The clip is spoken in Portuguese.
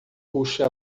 puxa